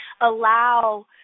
allow